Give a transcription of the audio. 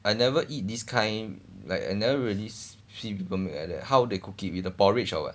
I never eat this kind like I never really see people make like that how they cook it with the porridge or what